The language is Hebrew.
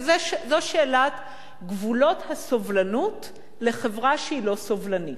וזו שאלת גבולות הסובלנות לחברה שהיא לא סובלנית.